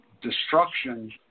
Destruction